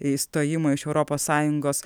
išstojimo iš europos sąjungos